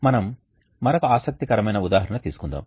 మనం మరొక ఆసక్తికరమైన ఉదాహరణ తీసుకుందాం